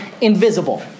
invisible